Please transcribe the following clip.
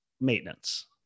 maintenance